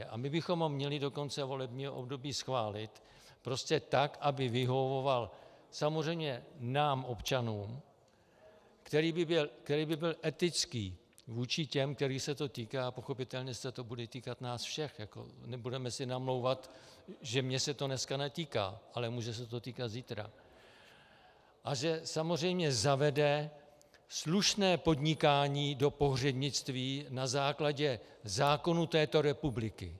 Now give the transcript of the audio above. A my bychom ho měli do konce volebního období schválit prostě tak, aby vyhovoval samozřejmě nám občanům, který by byl etický vůči těm, kterých se to týká pochopitelně se to bude týkat nás všech, nebudeme si namlouvat, že se mě to dneska netýká, ale může se to týkat zítra , a že samozřejmě zavede slušné podnikání do pohřebnictví na základě zákonů této republiky.